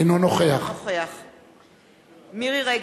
אינו נוכח מירי רגב,